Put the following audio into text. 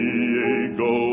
Diego